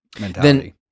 mentality